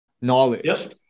knowledge